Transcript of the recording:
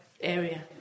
area